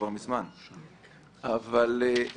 בגלל שאני